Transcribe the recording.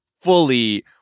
fully